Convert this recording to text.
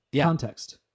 Context